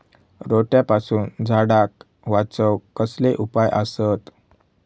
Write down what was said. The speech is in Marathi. रोट्यापासून झाडाक वाचौक कसले उपाय आसत?